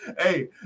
Hey